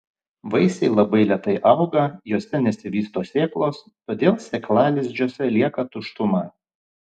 vaisiai labai lėtai auga juose nesivysto sėklos todėl sėklalizdžiuose lieka tuštuma